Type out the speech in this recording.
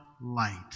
light